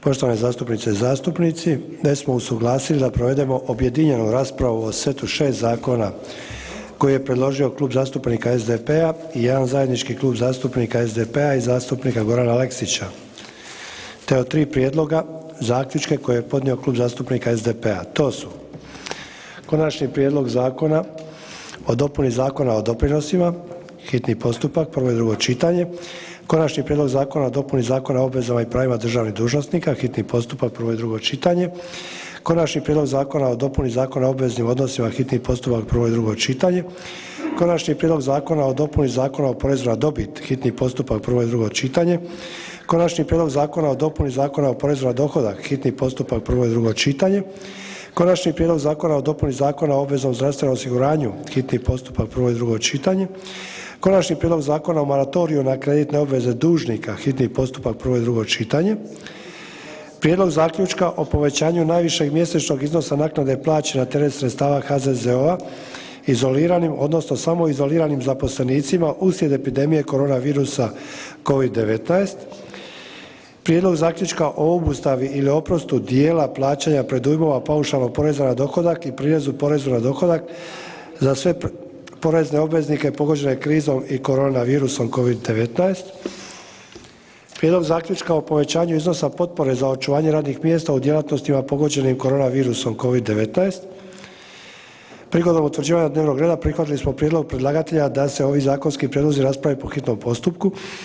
Poštovane zastupnice i zastupnici, već smo usuglasili da provedemo objedinjenu raspravu o setu 6 zakona koje je predložio Klub zastupnika SDP-a i jedan zajednički Klub zastupnika SDP-a i zastupnika Gorana Aleksića te o tri prijedloga zaključka koje je podnio Klub zastupnika SDP-a, to su: - Konačni prijedlog Zakona o dopuni Zakona o doprinosima, hitni postupak, prvo i drugo čitanje, - Konačni prijedlog Zakona o dopuni Zakona o obvezama i pravima državnih dužnosnika, hitni postupak, prvo i drugo čitanje, - Konačni prijedlog Zakona o dopuni Zakona o obveznim odnosima, hitni postupak, prvo i drugo čitanje, - Konačni prijedlog Zakona o dopuni Zakona o porezu na dobit, hitni postupak, prvo i drugo čitanje, - Konačni prijedlog Zakona o dopuni Zakona o porezu na dohodak, hitni postupak, prvo i drugo čitanje, - Konačni prijedlog Zakona o dopuni Zakona o obveznom zdravstvenom osiguranju, hitni postupak, prvo i drugo čitanje, - Konačni prijedlog Zakona o moratoriju na kreditne obveze dužnika, hitni postupak, prvo i drugo čitanje, - Prijedlog zaključka o povećanju najvišeg mjesečnog iznosa naknade plaće na teret sredstva HZZO-a izoliranim odnosno samoizoliranim zaposlenicima uslijed epidemije korona virusa COVID-19, - Prijedlog zaključka o obustavi ili oprostu dijela plaćanja predujmova paušalnog poreza na dohodak i prireza poreza na dohodak za sve porezne obveznike pogođene krizom i korona virusom COVID-19, - Prijedlog zaključka o povećanju iznosa potpore za očuvanje radnih mjesta u djelatnostima pogođenim korona virusom COVID-19 Prigodom utvrđivanja dnevnog reda prihvatili smo prijedlog predlagatelja da se ovi zakonski prijedlozi rasprave po hitnom postupku.